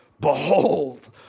Behold